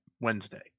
Wednesday